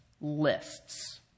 lists